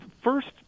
first